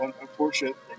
unfortunately